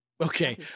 Okay